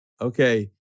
okay